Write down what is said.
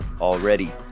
already